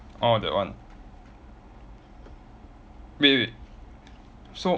orh that one wait wait so